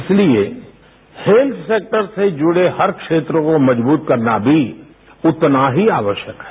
इसलिए health sector से जुड़े हर क्षेत्रों को मजबूत करना भी उतना ही आवश्यक है